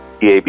DAB